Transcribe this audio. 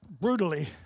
brutally